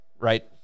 right